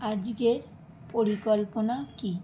আজকের পরিকল্পনা কী